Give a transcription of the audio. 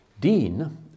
Dean